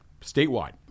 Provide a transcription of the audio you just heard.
Statewide